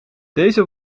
deze